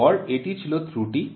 এরপর এটি ছিল ত্রুটি